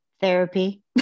therapy